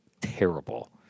terrible